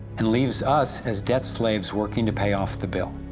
and leaves us as debt slaves working to pay off the bill.